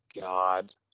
God